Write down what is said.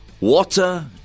water